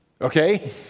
okay